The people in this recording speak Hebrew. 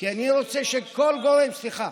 כי אני רוצה שכל גורם, סליחה,